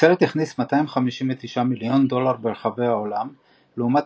הסרט הכניס 259 מיליון דולר ברחבי העולם לעומת